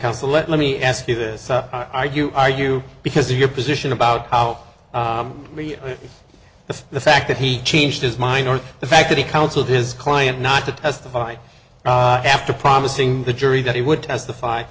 counsel let me ask you this up i do you are you because of your position about how the the fact that he changed his mind or the fact that he counseled his client not to testify after promising the jury that he would testify